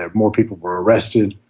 ah more people were arrested.